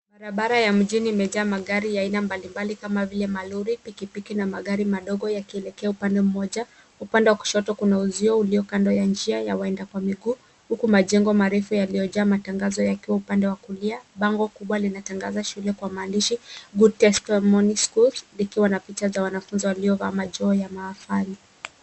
Barabara ya mjini imejaa magari ya aina mbalimbali kama vile malori, pikipiki na magari madogo yakielekea upande mmoja. Upande wa kushoto kuna uzio ulio kando ya njia ya waenda kwa miguu huku majengo marefu yaliyojaa matangazo yakiwa upande wa kulia. Bango kubwa linatangaza shule kwa maandishi, good testimony schools, likiwa na picha za wanafunzi waliovaa majoo ya mahafali.